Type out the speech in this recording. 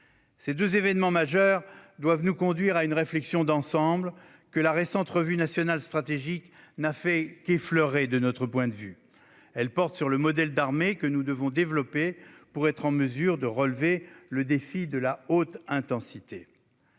Ces deux événements majeurs doivent nous conduire à une réflexion d'ensemble, que la récente revue nationale stratégique n'a, de notre point de vue, fait qu'effleurer. Elle porte sur le modèle d'armée que nous devons développer pour être en mesure de relever le défi de la haute intensité.